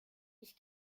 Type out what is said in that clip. ich